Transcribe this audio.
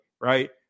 right